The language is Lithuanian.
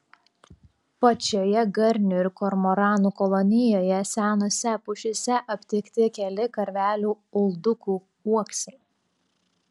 pačioje garnių ir kormoranų kolonijoje senose pušyse aptikti keli karvelių uldukų uoksai